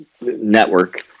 network